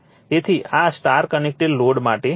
તેથી આ star connected load માટે છે